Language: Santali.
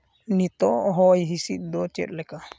ᱱᱤᱛᱚᱜ ᱦᱚᱭ ᱦᱤᱸᱥᱤᱫ ᱫᱚ ᱪᱮᱫ ᱞᱮᱠᱟ